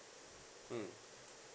um